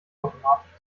automatisch